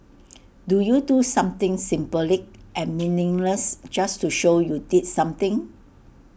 do you do something symbolic and meaningless just to show you did something